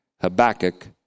Habakkuk